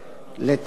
לאכוף,